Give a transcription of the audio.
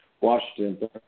Washington